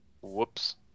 Whoops